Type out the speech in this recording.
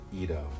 Edo